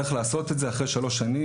אחרי שלוש שנים,